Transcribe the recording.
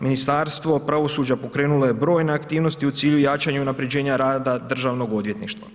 Ministarstvo pravosuđa pokrenulo je brojne aktivnosti u cilju jačanja i unapređenja rada državnog odvjetništva.